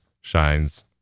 shines